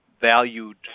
valued